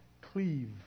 cleave